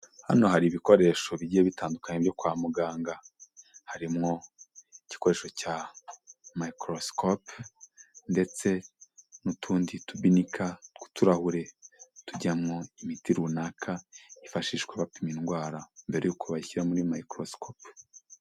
Hano hari ibikoresho bigiye bitandukanye byo kwa muganga, harimo igikoresho cya mayikorosikope ndetse n'utundi tubinika tw'uturahure tujyamo imiti runaka yifashishwa bapima indwara mbere y'uko bashyira muri mayikorosikope.